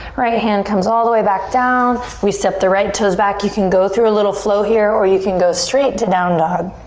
right hand comes all the way back down. we step the right toes back. you can go through a little flow here or you can go straight to down dog.